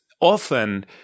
often